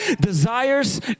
desires